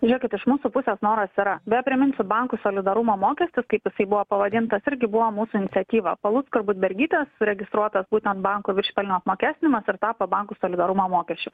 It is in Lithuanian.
žiūrėkit iš mūsų pusės noras yra beje priminsiu bankų solidarumo mokestį kaip jisai buvo pavadintas irgi buvo mūsų iniciatyva palucko ir budbergytės registruotas būtent bankų viršpelnio apmokestinimas ir tapo bankų solidarumo mokesčiu